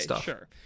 sure